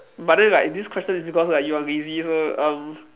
but then like this question is because like you are busy so um